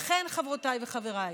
לכן, חברותיי וחבריי,